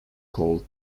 called